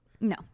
no